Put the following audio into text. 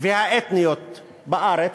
והאתניות בארץ,